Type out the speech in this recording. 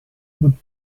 good